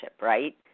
right